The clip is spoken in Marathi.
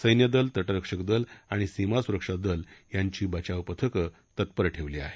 सैन्यदल तटरक्षक दल आणि सीमासुरक्षा दल यांची बचाव पथकं तत्पर ठेवण्यात आली आहेत